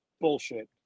bullshit